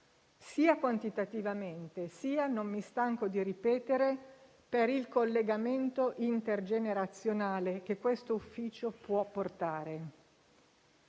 sia quantitativamente, sia - non mi stanco di ripeterlo - per il collegamento intergenerazionale che questo ufficio può portare.